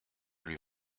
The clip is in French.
lui